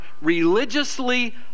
religiously